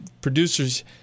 producers